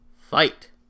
Fight